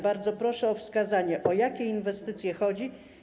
Bardzo proszę o wskazanie, o jakie inwestycje chodzi.